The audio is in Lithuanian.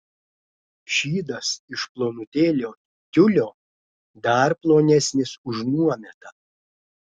šydas iš plonutėlio tiulio dar plonesnis už nuometą